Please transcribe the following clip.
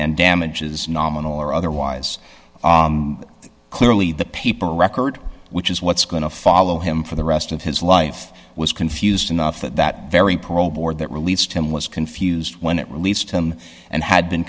and damages nominal or otherwise clearly the paper record which is what's going to follow him for the rest of his life was confused enough that that very parole board that released him was confused when it released him and had been